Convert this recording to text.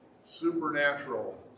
supernatural